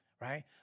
right